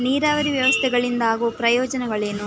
ನೀರಾವರಿ ವ್ಯವಸ್ಥೆಗಳಿಂದ ಆಗುವ ಪ್ರಯೋಜನಗಳೇನು?